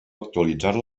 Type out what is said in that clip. actualitzar